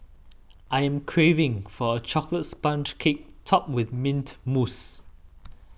I am craving for a Chocolate Sponge Cake Topped with Mint Mousse